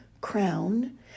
crown